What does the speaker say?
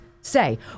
say